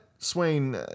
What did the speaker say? Swain